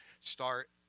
start